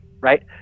right